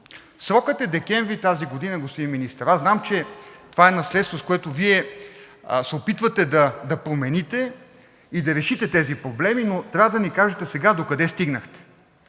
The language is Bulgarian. Срокът е декември тази година, господин Министър. Аз знам, че това е наследство, което Вие се опитвате да промените и да решите тези проблеми, но трябва да ни кажете сега докъде стигнахте.